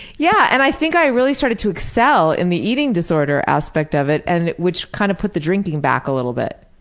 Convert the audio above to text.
yeah. and i think i really started to excel in the eating disorder aspect of it, and which kind of put the drinking back a little bit.